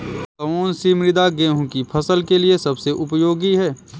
कौन सी मृदा गेहूँ की फसल के लिए सबसे उपयोगी है?